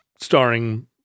starring